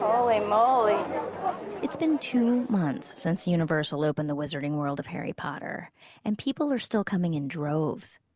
holy moly it's been two months since universal opened the wizarding world of harry potter and people are still coming in droves.